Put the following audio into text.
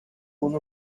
ubone